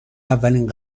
اولین